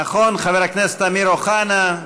נכון, חבר הכנסת אמיר אוחנה?